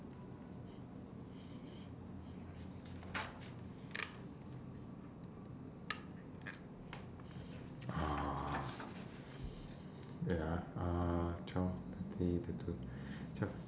wait ah uh twelve thirteen thirty two twe~